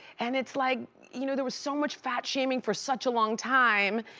and it's like, you know. there was so much fat-shaming for such a long time,